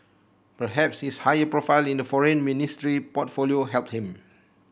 perhaps his higher profile in the foreign ministry portfolio helped him